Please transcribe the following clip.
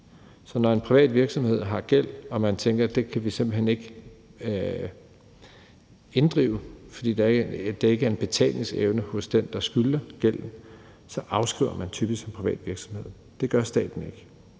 Når en privat virksomhed har gæld, som den mener at den simpelt hen ikke kan inddrive, fordi der ikke er en betalingsevne hos den, der har gælden, så afskriver man typisk gælden i en privat virksomhed. Det gør staten ikke.